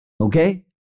Okay